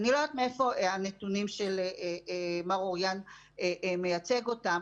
אני לא יודעת מאיפה הנתונים של מר אוריין מייצג אותם.